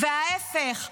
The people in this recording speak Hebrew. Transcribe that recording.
וההפך,